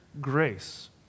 grace